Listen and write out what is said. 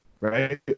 right